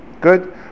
Good